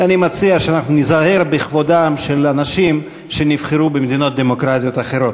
אני מציע שאנחנו ניזהר בכבודם של אנשים שנבחרו במדינות דמוקרטיות אחרות.